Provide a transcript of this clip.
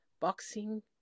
boxing